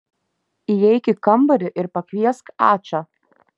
įeik į kambarį ir pakviesk ačą